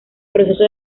proceso